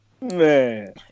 Man